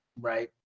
right